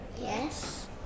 Yes